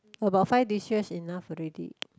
about five dishes enough already